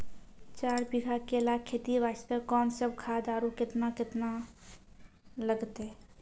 चार बीघा केला खेती वास्ते कोंन सब खाद आरु केतना केतना लगतै?